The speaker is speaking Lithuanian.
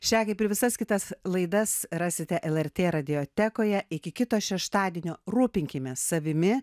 šią kaip ir visas kitas laidas rasite lrt radiotekoje iki kito šeštadienio rūpinkimės savimi